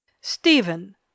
Stephen